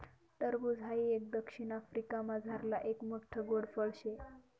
टरबूज हाई एक दक्षिण आफ्रिकामझारलं एक मोठ्ठ गोड फळ शे